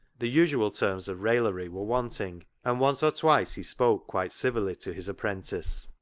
the usual terms of raillery were wanting, and once or twice he spoke quite civilly to his apprentice.